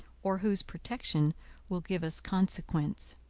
or whose protection will give us consequence.